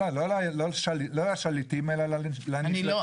לא לשליטים, אלא לנשלטים.